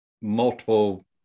multiple